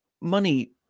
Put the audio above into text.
money